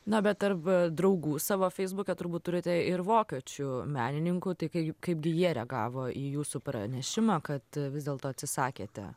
na bet tarp draugų savo feisbuke turbūt turite ir vokiečių menininkų tai kaip kaipgi jie reagavo į jūsų pranešimą kad vis dėlto atsisakėte